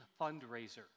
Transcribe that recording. Fundraiser